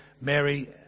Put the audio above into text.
Mary